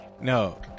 No